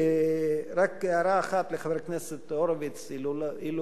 רק הערה אחת לחבר הכנסת הורוביץ: אילו